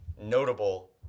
notable